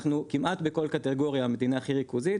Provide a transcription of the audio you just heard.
אנחנו כמעט בכל קטגוריה המדינה הכי ריכוזית,